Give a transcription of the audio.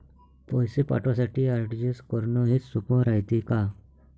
पैसे पाठवासाठी आर.टी.जी.एस करन हेच सोप रायते का?